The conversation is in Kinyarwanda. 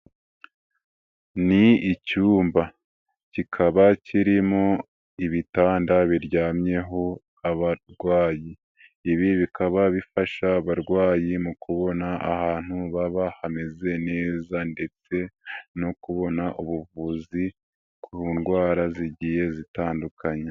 ni icyumba, kikaba kirimo ibitanda biryamyeho abarwayi, ibi bikaba bifasha abarwayi mu kubona ahantu baba, hameze neza ndetse no kubona ubuvuzi ku ndwara zigiye zitandukanye.